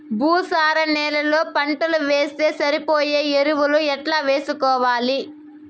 భూసార నేలలో పంటలు వేస్తే సరిపోయే ఎరువులు ఎట్లా వేసుకోవాలి?